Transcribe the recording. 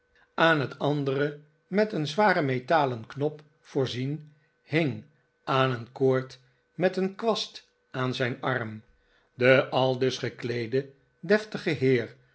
aan het andere met een zwaren metalen knop voorzien hing aan een koord met een kwast aan zijn arm de aldus gekleede deftige heer